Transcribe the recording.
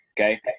Okay